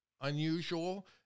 unusual